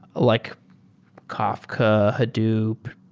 like kafka, hadoop,